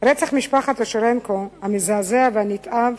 רצח משפחת אושרנקו המזעזע והנתעב